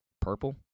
Purple